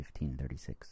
1536